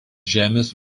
žemės